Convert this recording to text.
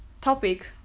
topic